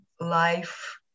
life